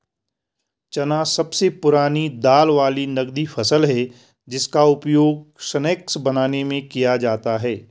चना सबसे पुरानी दाल वाली नगदी फसल है जिसका उपयोग स्नैक्स बनाने में भी किया जाता है